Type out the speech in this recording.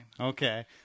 Okay